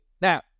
Now